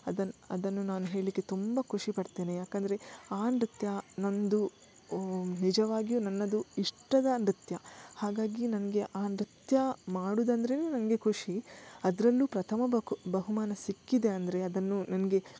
ಅದನ್ನು ಅದನ್ನು ನಾನು ಹೇಳಲಿಕ್ಕೆ ತುಂಬ ಖುಷಿಪಡ್ತೇನೆ ಯಾಕಂದರೆ ಆ ನೃತ್ಯ ನಂದು ನಿಜವಾಗಿಯೂ ನನ್ನದು ಇಷ್ಟದ ನೃತ್ಯ ಹಾಗಾಗಿ ನನಗೆ ಆ ನೃತ್ಯ ಮಾಡುದಂದ್ರೆ ನಂಗೆ ಖುಷಿ ಅದರಲ್ಲೂ ಪ್ರಥಮ ಬಹು ಬಹುಮಾನ ಸಿಕ್ಕಿದೆ ಅಂದರೆ ಅದನ್ನು ನನಗೆ